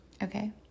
Okay